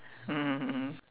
mmhmm mmhmm